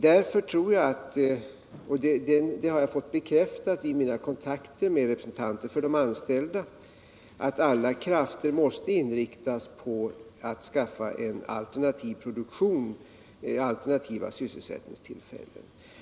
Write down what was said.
Därför tror jag — och det har jag fått bekräftat vid mina kontakter med de anställda — att alla krafter måste inriktas på att skaffa en alternativ produktion och alternativa sysselsättningstillfällen.